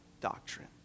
doctrine